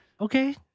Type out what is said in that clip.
okay